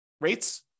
rates